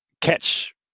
catch